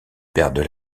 perdent